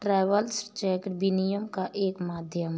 travellers cheque विनिमय का एक माध्यम है